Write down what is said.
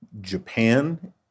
Japan